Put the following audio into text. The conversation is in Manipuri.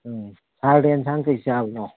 ꯎꯝ ꯁꯥꯔꯗꯤ ꯑꯦꯟꯁꯥꯡ ꯀꯔꯤ ꯆꯥꯕꯅꯣ